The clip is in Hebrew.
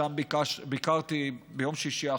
שם ביקרתי ביום שישי האחרון,